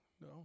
No